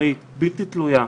עצמאית ובלתי תלויה,